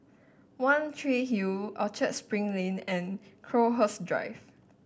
One Tree Hill Orchard Spring Lane and Crowhurst Drive